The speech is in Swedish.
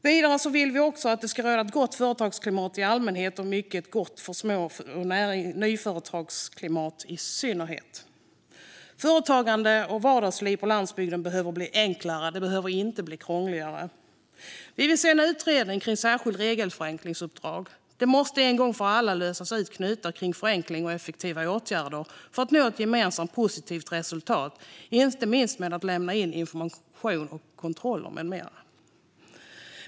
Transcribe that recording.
Vidare vill vi att det ska vara ett gott företagsklimat i allmänhet och ett mycket gott små och nyföretagarklimat i synnerhet. Företagande och vardagsliv på landsbygden behöver bli enklare, inte krångligare. Vi vill se en utredning med ett särskilt regelförenklingsuppdrag. En gång för alla måste knutar lösas upp kring förenkling och effektiva åtgärder för att nå ett gemensamt positivt resultat, inte minst när det gäller information, kontroller med mera.